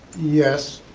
yes,